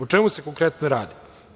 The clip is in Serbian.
O čemu se konkretno radi?